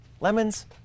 lemons